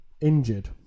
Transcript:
injured